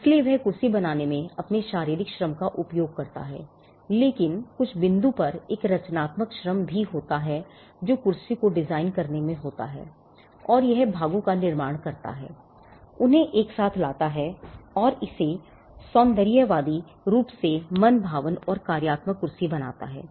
इसलिए वह कुर्सी बनाने में अपने शारीरिक श्रम का उपयोग करता है लेकिन कुछ बिंदु पर एक रचनात्मक श्रम भी होता है जो कुर्सी को डिज़ाइन करने में होता है और यह भागों का निर्माण करता है उन्हें एक साथ लाता है और इसे सौंदर्यवादी रूप से मनभावन और कार्यात्मक कुर्सी बनाता है